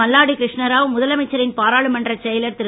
மல்லாடி கிருஷ்ணராவ் முதலமைச்சரின் பாராளுமன்றச் செயலர் திரு